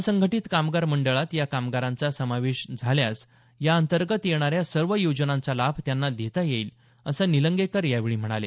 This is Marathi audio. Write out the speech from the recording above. असंघटित कामगार मंडळात या कामगारांचा समावेश झाल्यास या अंतर्गत येणाऱ्या सर्व योजनांचा लाभ त्यांना देता येईल असं निलंगेकर यावेळी म्हणाले